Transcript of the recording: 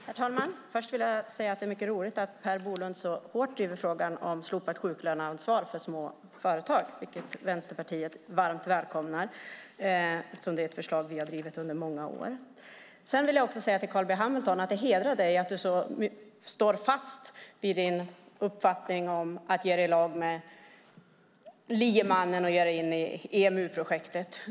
Herr talman! Först vill jag säga att det är mycket roligt att Per Bolund så hårt driver frågan om slopat sjuklöneansvar för små företag, vilket Vänsterpartiet varmt välkomnar eftersom det är ett förslag som vi har drivit under många år. Jag vill också säga till Carl B Hamilton att det hedrar dig att du står fast vid din uppfattning om att ge dig i lag med liemannen och ge dig in i EMU-projektet.